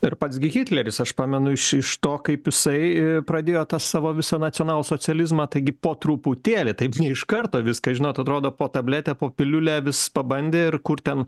ir pats gi hitleris aš pamenu iš iš to kaip jisai pradėjo tą savo visą nacionalsocializmą taigi po truputėlį taip ne iš karto viską žinot atrodo po tabletę po piliulę vis pabandė ir kur ten